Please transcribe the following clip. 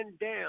down